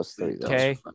Okay